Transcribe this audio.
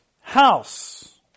house